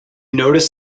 notice